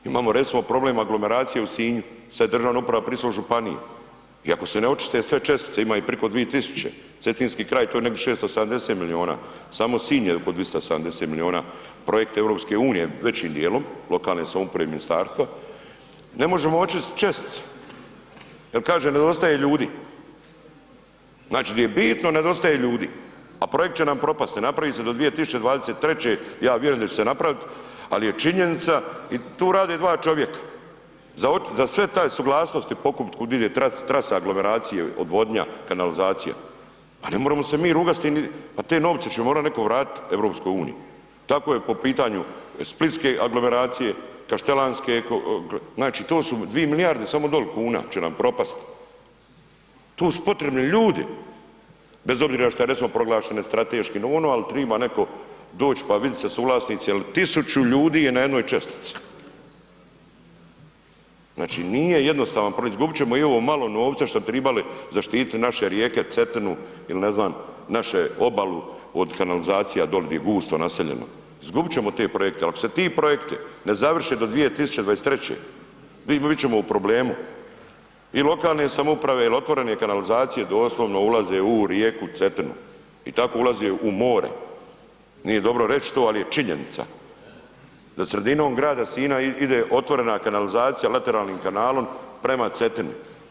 Imamo recimo problem aglomeracije u Sinju, sad je državna uprava prišla u županiju i ako se ne očiste sve čestice ima ih priko 2000, Cetinski kraj, to je negdi 670 milijuna, samo Sinj je oko 270 milijuna, projekt EU je većim dijelom, lokalne samouprave i ministarstva, ne možemo očistit čestice jel kaže nedostaje ljudi, znači di je bitno nedostaje ljudi, a projekt će nam propasti, ne napravi se do 2023., ja vjerujem da će se napravit, al je činjenica i tu rade 2 čovjeka, za sve te suglasnosti … [[Govornik se ne razumije]] kud ide trasa aglomeracije, odvodnja, kanalizacija, pa ne moremo se mi rugat s tim, pa te novce će morat neko vratit EU, tako je po pitanju splitske aglomeracije, kaštelanske, znači to su 2 milijarde samo doli kuna će nam propast, tu su potrebni ljudi bez obzira šta je recimo proglašene strateškim, ovo, ono, alt triba neko doć, pa vidit se suvlasnici jel tisuću ljudi je na jednoj čestici, znači nije jednostavan projekt, izgubit ćemo i ovo malo novca šta bi tribali zaštitit naše rijeke Cetinu ili ne znan naše obalu od kanalizacija doli di je gusto naseljeno, izgubit ćemo te projekte, al ako se ti projekti ne završe do 2023. bit ćemo u problemu i lokalne samouprave jel otvorene kanalizacije doslovno ulaze u rijeku Cetinu i tako ulaze u more, nije dobro reć to, al je činjenica da sredinom grada Sinja ide otvorena kanalizacija leteralnim kanalom prema Cetini.